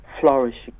flourishing